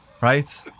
Right